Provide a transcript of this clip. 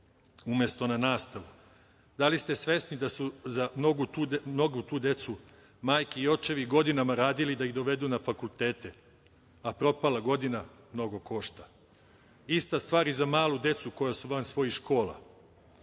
umesto na nastavu. Da li ste svesni da su za mnogu tu dedu majke i očevi godinama radili da ih dovedu na fakultetu, a propala godina mnogo košta. Ista stvar i za malu decu koja su van svojih